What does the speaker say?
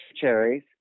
cherries